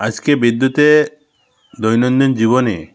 আজকে বিদ্যুতে দৈনন্দিন জীবনে